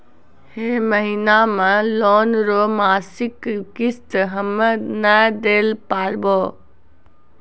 है महिना मे लोन रो मासिक किस्त हम्मे नै दैल पारबौं